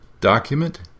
Document